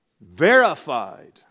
verified